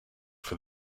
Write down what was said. for